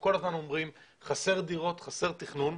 כל הזמן אומרים חסרות דירות וחסר תכנון,